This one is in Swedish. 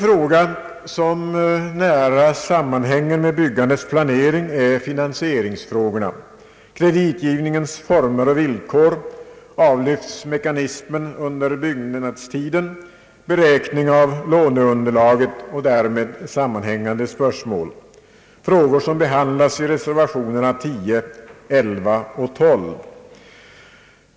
Frågor som nära sammanhänger med byggandets planering är finansieringen, kreditgivningens former och villkor, avlyftsmekanismen under byggnadstiden, beräkningen av låneunderlaget och därmed sammanhängande «spörsmål. Dessa frågor behandlas i reservationerna nr 10, 11 och 12.